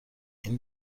این